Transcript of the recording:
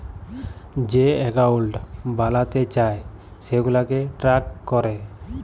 যে একাউল্ট বালাতে চায় সেগুলাকে ট্র্যাক ক্যরে